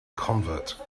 convert